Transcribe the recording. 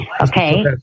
Okay